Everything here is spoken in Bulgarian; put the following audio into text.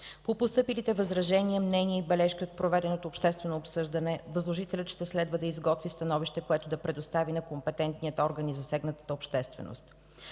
По постъпилите възражения, мнения и бележки от проведеното обществено обсъждане възложителят ще следва да изготви становище, което да предостави на компетентния орган и засегнатата общественост.